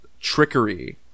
trickery